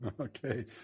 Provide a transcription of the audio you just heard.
Okay